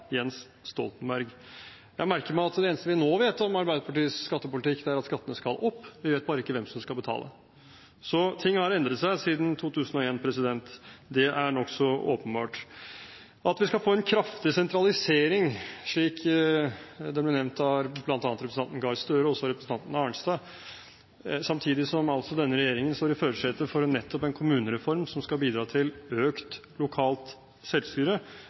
Jens Stoltenberg. Jeg merker meg at det eneste vi nå vet om Arbeiderpartiets skattepolitikk, det er at skattene skal opp, vi vet bare ikke hvem som skal betale. Så ting har endret seg siden 2001 – det er nokså åpenbart. At vi skal få en kraftig sentralisering, slik det ble nevnt av bl.a. representanten Gahr Støre, og også representanten Arnstad, samtidig som altså denne regjeringen sitter i førersetet for nettopp en kommunereform som skal bidra til økt lokalt selvstyre,